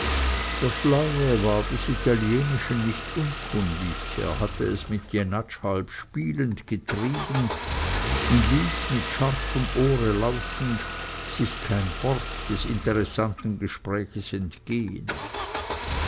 der schlaue war des italienischen nicht unkundig er hatte es mit jenatsch halb spielend getrieben und ließ mit scharfem ohre lauschend sich kein wort des interessanten gespräches entgehen